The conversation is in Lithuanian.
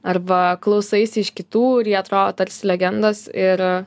arba klausaisi iš kitų ir jie atrodo tarsi legendos ir